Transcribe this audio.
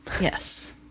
Yes